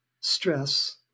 stress